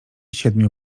siedmiu